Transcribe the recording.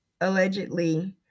allegedly